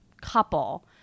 couple